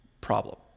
problem